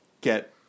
get